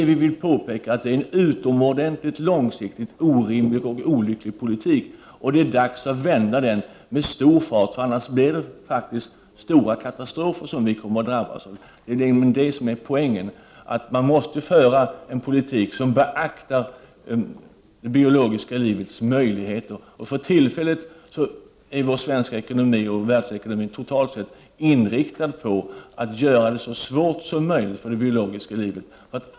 Vi vill påpeka att det är en utomordentligt långsiktigt orimlig och olycklig politik. Det är dags att vända med stor fart, annars kommer vi att drabbas av stora katastrofer. Detta är poängen. Man måste föra en politik som beaktar det biologiska livets möjligheter. För tillfället är både vår svenska ekonomi och världsekonomin totalt inriktad på att göra det så svårt som möjligt för det biologiska livet.